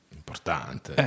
importante